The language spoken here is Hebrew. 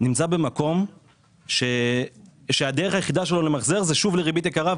נמצא במקום שהדרך היחידה שלו למחזר זה שוב לריבית יקרה,